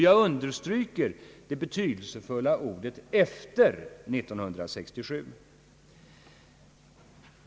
Jag understryker det betydelsefulla ordet »efter 1967».